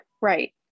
Right